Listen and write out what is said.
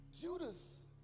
Judas